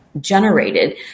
generated